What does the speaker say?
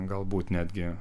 galbūt netgi